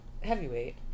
Heavyweight